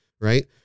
right